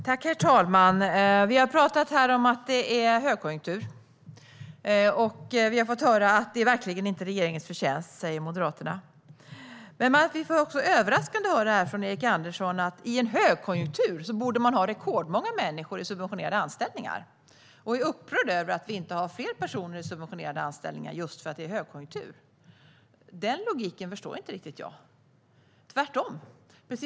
Herr talman! Vi har talat här om att det är högkonjunktur, och Moderaterna säger att det verkligen inte är regeringens förtjänst. Men det är överraskande att höra från Erik Andersson att man i en högkonjunktur borde ha rekordmånga människor i subventionerade anställningar. Han är upprörd över att vi inte har fler personer i subventionerade anställningar, just för att det är högkonjunktur. Den logiken förstår jag inte riktigt.